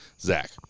Zach